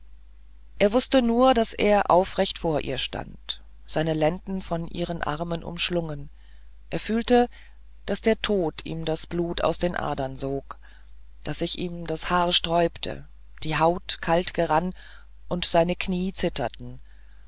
er wußte nur daß er aufrecht vor ihr stand seine lenden von ihren armen umschlungen er fühlte daß der tod ihm das blut aus den adern sog daß sich ihm das haar sträubte die haut kalt gerann und seine knie zitterten